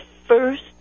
first